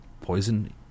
poison